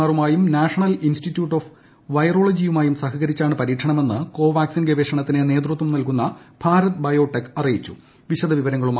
ആറുമായും national institute of വൈറോളജിയുമായും സഹകരിച്ചാണ് പരീക്ഷണമെന്ന് കോവാക്സിൻ ഗവേഷണത്തിന് നേതൃത്വം നൽകുന്ന ഭാരത് ബയോടെക് അറിയിച്ചു